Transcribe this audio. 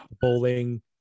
bowling